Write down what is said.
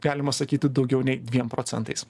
galima sakyti daugiau nei dviem procentais